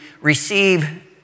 receive